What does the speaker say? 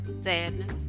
sadness